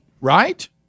Right